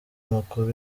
amakuru